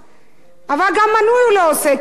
אבל גם מינוי הוא לא עושה כי זה עולה כסף.